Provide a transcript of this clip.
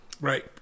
Right